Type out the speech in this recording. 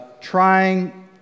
trying